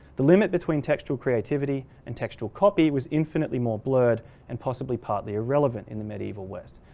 the limit between textual creativity and textual copy was infinitely more blurred and possibly partly irrelevant in the medieval west.